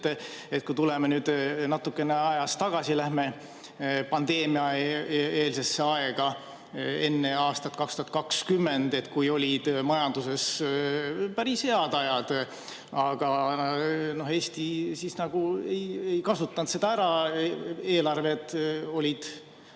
[on]. Läheme nüüd natuke ajas tagasi, lähme pandeemiaeelsesse aega, enne aastat 2020, kui olid majanduses päris head ajad. Aga Eesti ei kasutanud seda ära. Eelarved olid